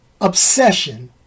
obsession